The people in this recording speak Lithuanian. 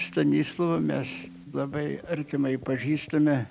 stanislovu mes labai artimai pažįstami